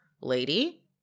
lady